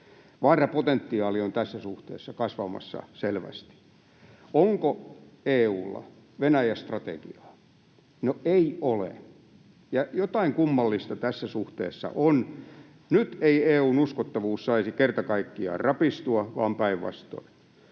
Vaarapotentiaali on tässä suhteessa kasvamassa selvästi. Onko EU:lla Venäjä-strategiaa? No ei ole, ja jotain kummallista tässä suhteessa on. Nyt ei EU:n uskottavuus saisi kerta kaikkiaan rapistua, vaan päinvastoin.